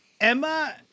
emma